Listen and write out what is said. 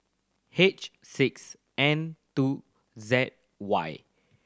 H six N two Z Y